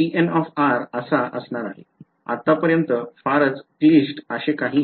tn असा असणार आहे आतापर्यंत फारच क्लिष्ट काहीही नाही